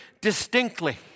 distinctly